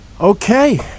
Okay